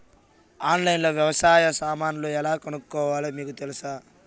ఆన్లైన్లో లో వ్యవసాయ సామాన్లు ఎలా కొనుక్కోవాలో మీకు తెలుసా?